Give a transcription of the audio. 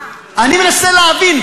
אני מנסה להבין,